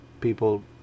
people